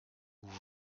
vous